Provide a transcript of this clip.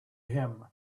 him